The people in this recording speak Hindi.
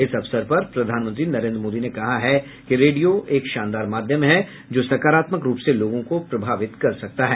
इस अवसर पर प्रधानमंत्री नरेंद्र मोदी ने कहा है कि रेडियो एक शानदार माध्यम है जो सकारात्मक रूप से लोगों को प्रभावित कर सकता है